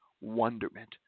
wonderment